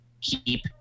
keep